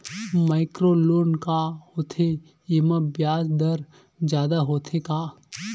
Micro loan का होथे येमा ब्याज दर जादा होथे का?